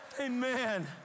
Amen